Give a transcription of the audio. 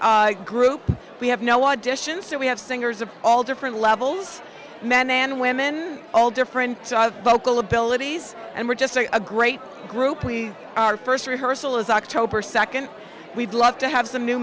mixed group we have no i dish and so we have singers of all different levels men and women all different vocal abilities and we're just a great group we our first rehearsal is october second we'd love to have some new